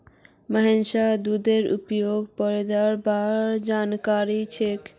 मोहनीशक दूधेर उप उत्पादेर बार जानकारी छेक